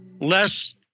less